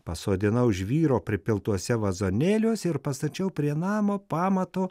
pasodinau žvyro pripiltuose vazonėliuos ir pastačiau prie namo pamato